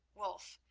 wulf,